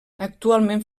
actualment